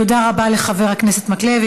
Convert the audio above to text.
תודה לחבר הכנסת מקלב.